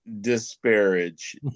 disparage